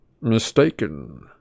mistaken